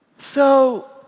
so,